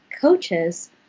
coaches